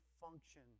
function